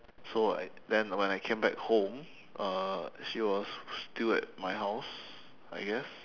so then when I came back home uh she was still at my house I guess